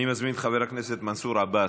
אני מזמין את חבר הכנסת מנסור עבאס.